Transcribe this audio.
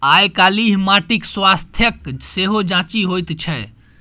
आयकाल्हि माटिक स्वास्थ्यक सेहो जांचि होइत छै